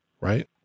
Right